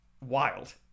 wild